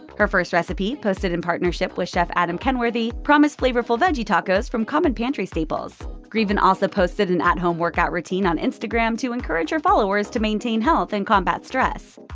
her first recipe, posted in partnership with chef adam kenworthy, promised flavorful veggie tacos from common pantry staples. greeven also posted an at-home workout routine on instagram to encourage her followers to maintain health and combat stress.